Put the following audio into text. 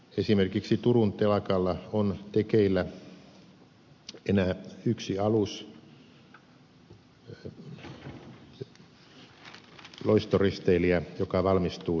esimerkiksi turun telakalla on tekeillä enää yksi alus loistoristeilijä joka valmistuu syksyllä